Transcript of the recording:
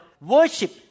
worship